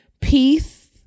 peace